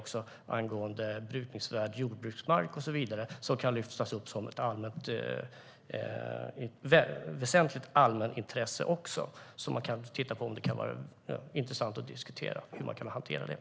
Det handlar om brukningsvärd jordbruksmark och så vidare, som också kan lyftas upp som väsentligt allmänintresse. Man kan titta på detta och se om det kan vara intressant att diskutera hur det kan hanteras.